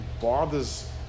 bothers